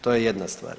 To je jedna stvar.